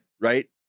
right